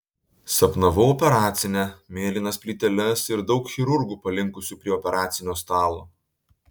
sapnavau operacinę mėlynas plyteles ir daug chirurgų palinkusių prie operacinio stalo